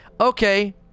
Okay